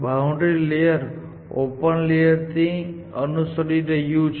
boundary layer open layer ને અનુસરી રહ્યું છે